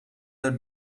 the